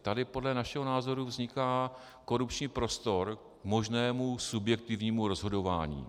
Tady podle našeho názoru vzniká korupční prostor k možnému subjektivnímu rozhodování.